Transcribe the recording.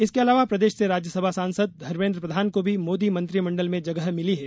इसके अलावा प्रदेश से राज्यसभा सांसद धर्मेद्र प्रधान को भी मोदी मंत्रिमंडल में जगह मिली है